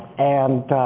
and